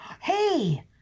Hey